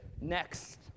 next